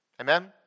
Amen